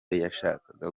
yashakaga